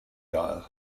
gael